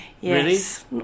yes